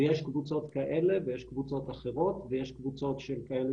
ויש קבוצות כאלה ויש קבוצות אחרות ויש קבוצות של כאלה